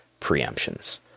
preemptions